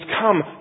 come